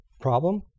problem